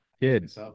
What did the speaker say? Kid